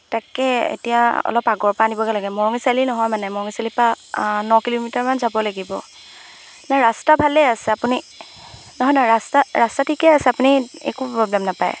তাকে এতিয়া অলপ আগৰ পৰা আনিবগৈ লাগে মৰঙি চাৰিআলি নহয় মানে মৰঙি চাৰিআলি পা ন কিলোমিটাৰমান যাব লাগিব নাই ৰাস্তা ভালেই আছে আপুনি নহয় নহয় ৰাস্তা ৰাস্তা ঠিকে আছে আপুনি একো প্ৰব্লেম নাপায়